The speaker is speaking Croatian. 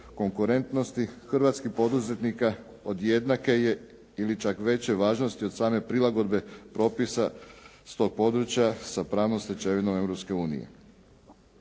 konkurentnosti hrvatskih poduzetnika od jednake je ili čak veće važnosti od same prilagodbe propisa s tog područja sa pravnom stečevinom